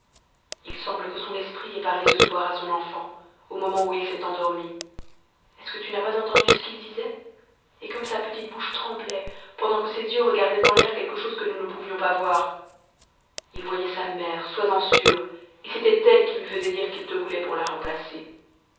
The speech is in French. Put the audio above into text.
il semble que son esprit ait parlé ce soir à son enfant au moment où il s'est endormi est-ce que tu n'as pas entendu ce qu'il disait et comme sa petite bouche tremblait pendant que ses yeux regardaient en l'air quelque chose que nous ne pouvions pas voir il voyait sa mère sois-en sûre et c'était elle qui lui faisait dire qu'il te voulait pour la remplacer